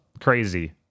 Crazy